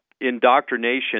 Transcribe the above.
indoctrination